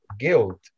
guilt